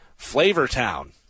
Flavortown